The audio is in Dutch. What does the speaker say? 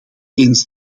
eens